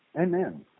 Amen